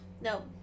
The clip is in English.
No